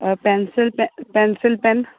pencil ਪ pencil pen